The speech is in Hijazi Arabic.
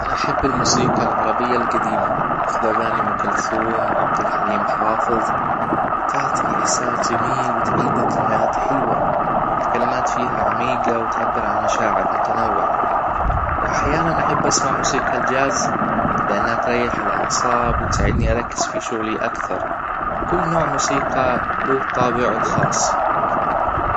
أنا أحب الموسيقى العربيه الجديمه مثل أغانى أم كلثوم وعبد الحليم حافظ تعطى إحساس جميل وتعيد ذكريات حلوه الكلمات فيها عميجه وتعبر عن مشاعر متنوعه وأحيانا أحب أسمع موسيقى الجاز لأنها تريح الأعصاب وتساعدنى أركز فى شغلى أكثر كل نوع موسيقى له طابعه الخاص